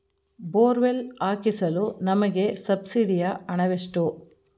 Borewell ಹಾಕಿಸಲು ನಮಗೆ ಸಬ್ಸಿಡಿಯ ಹಣವೆಷ್ಟು?